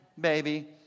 baby